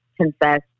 confess